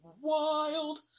wild